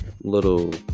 little